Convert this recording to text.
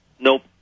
Nope